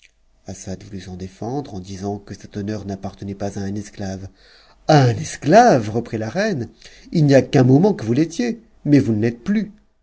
d'elle assad voulut s'en défendre en disant que cet honneur n'appartenait pas à un esclave a un esclave reprit la reine il n'y a qu'un moment que vous l'étiez mais vous ne t'êtes plus